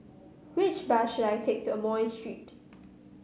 which bus should I take to Amoy Street